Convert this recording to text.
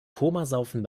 komasaufen